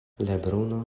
lebruno